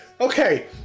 Okay